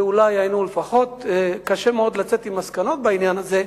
ואולי לפחות, קשה מאוד לצאת עם מסקנות בעניין הזה,